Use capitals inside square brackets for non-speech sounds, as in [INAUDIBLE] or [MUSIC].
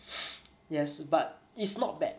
[NOISE] yes but it's not bad